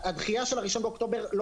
הדחייה של ה-1 באוקטובר,